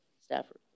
Stafford